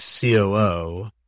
COO